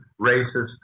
racist